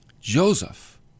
Joseph